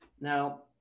Now